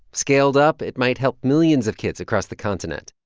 scaled up, it might help millions of kids across the continent.